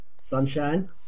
Sunshine